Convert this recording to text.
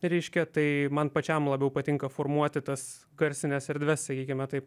reiškia tai man pačiam labiau patinka formuoti tas garsines erdves sakykime taip